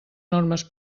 normes